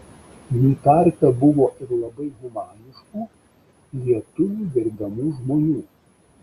jų tarpe buvo ir labai humaniškų lietuvių gerbiamų žmonių